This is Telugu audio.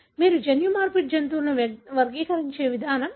మీరు జన్యుమార్పిడి జంతువులను వర్గీకరించే విధానం ఇది